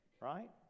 right